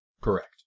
Correct